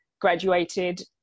graduated